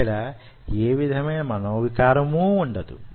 ఇక్కడ యే విధమైన మనోవికారమూ వుండదు